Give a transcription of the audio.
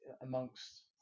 amongst